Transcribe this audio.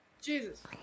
Jesus